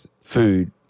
food